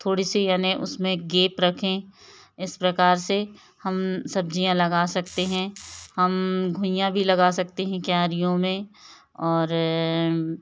थोड़ी सी याने उसमें गेप रखें इस प्रकार से हम सब्जियाँ लगा सकते हैं हम घुइयाँ भी लगा सकते हैं क्यारियों में और